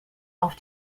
auf